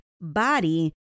body